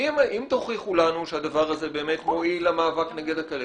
אם תוכיחו לנו שהדבר הזה באמת מועיל למאבק נגד הכלבת,